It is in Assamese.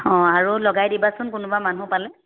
অঁ আৰু লগাই দিবাচোন কোনোবা মানুহ পালে